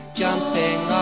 jumping